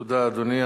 תודה, אדוני.